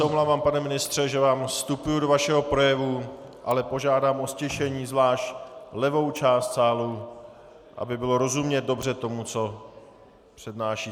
Omlouvám se, pane ministře, že vám vstupuji do vašeho projevu, ale požádám o ztišení zvlášť levou část sálu, aby bylo rozumět dobře tomu, co přednášíte.